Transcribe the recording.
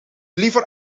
liever